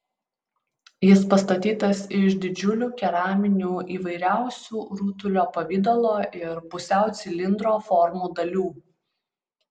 jis pastatytas iš didžiulių keraminių įvairiausių rutulio pavidalo ir pusiau cilindro formų dalių